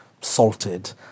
salted